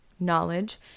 Knowledge